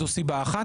זאת סיבה אחת.